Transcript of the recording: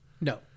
No